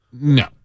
No